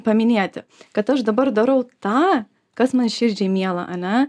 paminėti kad aš dabar darau tą kas man širdžiai miela ane